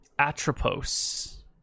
Atropos